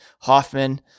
Hoffman